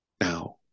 now